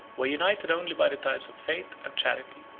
were united only by the ties of faith and charity.